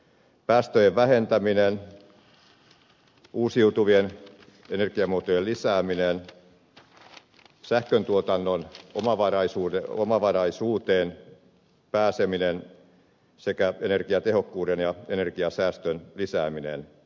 päästöjen vähentäminen uusiutuvien energiamuotojen lisääminen sähköntuotannon omavaraisuuteen pääseminen sekä energiatehokkuuden ja energian säästön lisääminen